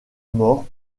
mort